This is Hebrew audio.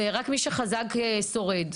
ורק מי שחזק שורד.